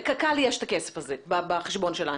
לקק"ל יש את הכסף הזה בחשבון שלה.